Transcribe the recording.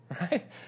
right